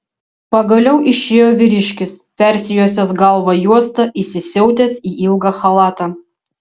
pagaliau išėjo vyriškis persijuosęs galvą juosta įsisiautęs į ilgą chalatą